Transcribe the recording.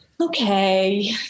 okay